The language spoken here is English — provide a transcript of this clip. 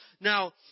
Now